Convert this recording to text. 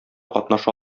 катнаша